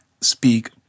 speak